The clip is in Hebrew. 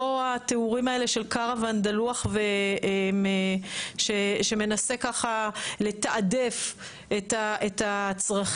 לא התיאורים האלה של קרוואן דלוח שמנסה ככה לתעדף את הצרכים.